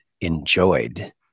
enjoyed